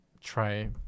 try